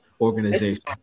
organization